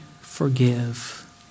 forgive